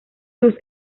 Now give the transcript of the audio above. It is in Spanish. sus